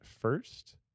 first